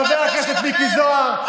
חבר הכנסת מיקי זוהר,